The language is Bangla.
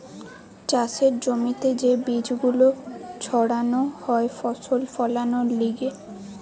চাষের জমিতে যে বীজ গুলো ছাড়ানো হয় ফসল ফোলানোর লিগে